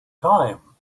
time